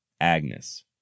Agnes